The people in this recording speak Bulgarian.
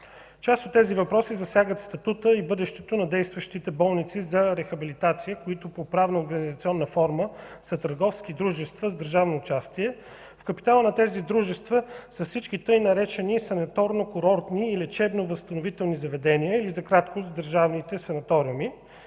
Част от тези въпроси засягат статута и бъдещето на действащите болници за рехабилитация, които по правно-организационна форма са търговски дружества с държавно участие. В капитала на тези дружества са всички така наречени „санаторно-курортни и лечебно-възстановителни заведения”, или за краткост държавните санаториуми.